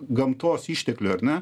gamtos išteklių ar ne